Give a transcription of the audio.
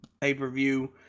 pay-per-view